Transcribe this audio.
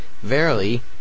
Verily